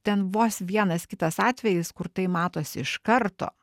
ten vos vienas kitas atvejis kur tai matosi iš karto